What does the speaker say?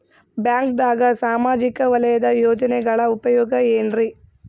ಬ್ಯಾಂಕ್ದಾಗ ಸಾಮಾಜಿಕ ವಲಯದ ಯೋಜನೆಗಳ ಉಪಯೋಗ ಏನ್ರೀ?